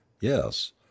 Yes